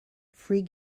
free